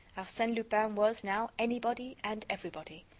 arsene lupin was, now, anybody and everybody.